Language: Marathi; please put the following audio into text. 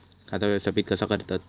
खाता व्यवस्थापित कसा करतत?